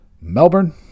Melbourne